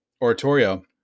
oratorio